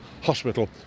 Hospital